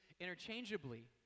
interchangeably